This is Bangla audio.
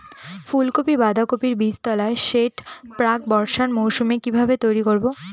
ফুলকপি বাধাকপির বীজতলার সেট প্রাক বর্ষার মৌসুমে কিভাবে তৈরি করব?